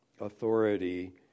authority